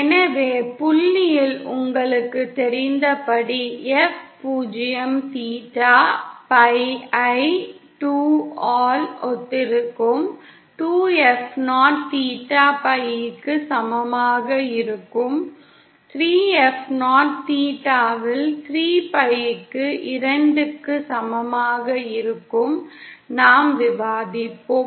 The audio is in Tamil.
எனவே புள்ளியில் F 0 தீட்டா pi பை 2 க்கு ஒத்திருக்கும் 2F0 தீட்டா pi க்கு சமமாக இருக்கும் 3F0 தீட்டாவில் 3pi க்கு 2 க்கு சமமாக இருக்கும் என்று நாம் விவாதித்தோம்